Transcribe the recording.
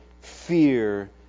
fear